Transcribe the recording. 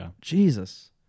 Jesus